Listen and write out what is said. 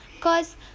cause